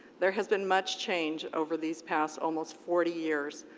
there has been much change over these past almost forty years,